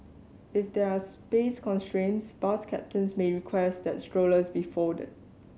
if there are space constraints bus captains may request that strollers be folded